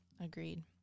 Agreed